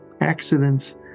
accidents